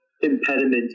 impediment